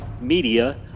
media